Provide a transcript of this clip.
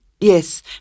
yes